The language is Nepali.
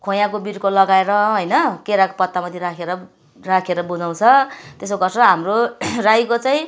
खोयाको बिर्को लगाएर होइन केराको पत्तामाथि राखेर राखेर बुझाउँछ त्यसो गर्छ हाम्रो राईको चाहिँ